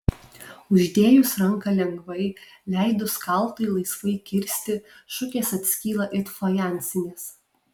uždėjus ranką lengvai leidus kaltui laisvai kirsti šukės atskyla it fajansinės